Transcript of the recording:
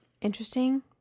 interesting